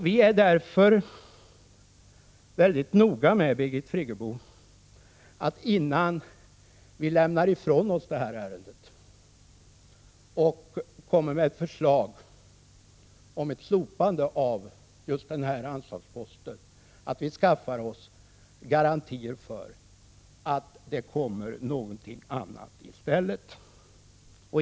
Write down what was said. Vi är därför, Birgit Friggebo, mycket noga med att innan vi lämnar ifrån oss detta ärende och föreslår ett slopande av denna anslagspost, skaffa oss garantier för att det kommer någonting annat i stället.